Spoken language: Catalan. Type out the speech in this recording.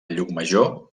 llucmajor